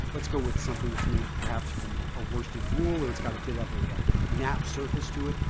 let's go with something that's made perhaps from ah a worsted wool or it's got a bit of a napped surface to it,